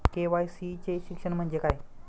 KYC चे शिक्षण म्हणजे काय?